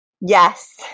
Yes